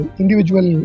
individual